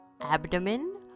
Abdomen